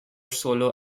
solo